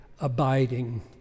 abiding